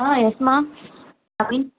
ஆ யெஸ்மா